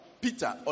Peter